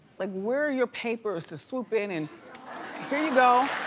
like where are your papers to swoop in and here you go.